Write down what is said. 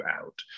out